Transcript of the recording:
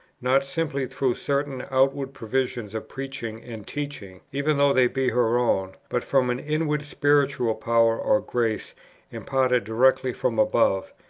not simply through certain outward provisions of preaching and teaching, even though they be her own, but from an inward spiritual power or grace imparted directly from above,